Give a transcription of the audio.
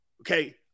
okay